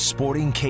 Sporting